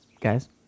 Guys